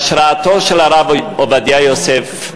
בהשראתו של הרב עובדיה יוסף,